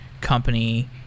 company –